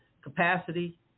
capacity